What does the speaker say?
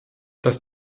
dass